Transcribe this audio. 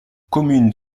commune